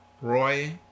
Roy